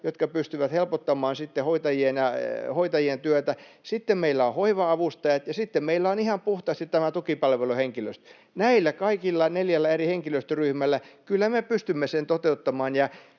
jotka pystyvät helpottamaan sitten hoitajien työtä. Sitten meillä on hoiva-avustajat, ja sitten meillä on ihan puhtaasti tämä tukipalveluhenkilöstö. Näillä kaikilla neljällä eri henkilöstöryhmällä me kyllä pystymme sen toteuttamaan.